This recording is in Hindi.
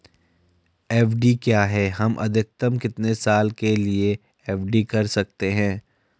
एफ.डी क्या है हम अधिकतम कितने साल के लिए एफ.डी कर सकते हैं?